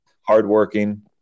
hardworking